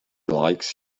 likes